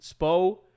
spo